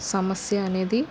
సమస్య అనేది